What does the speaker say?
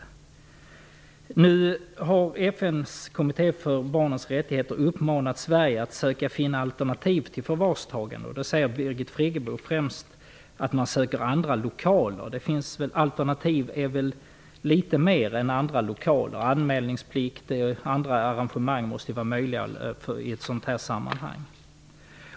FN:s kommitté för barnets rättigheter har uppmanat Sverige att söka finna alternativ till förvarstagande. Birgit Friggebo säger att man främst söker andra lokaler. Det finns även andra alternativ än andra lokaler. Det måste vara möjligt att ta till anmälningsplikt och andra arrangemang i ett sådant här sammanhang.